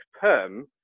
perm